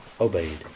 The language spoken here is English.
obeyed